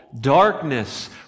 darkness